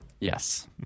Yes